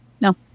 no